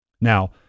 Now